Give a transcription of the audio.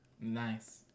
Nice